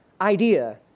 idea